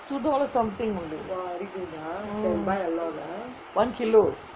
two dollar something only one kilogram